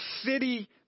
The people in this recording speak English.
city